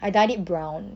I dyed it brown